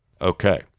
Okay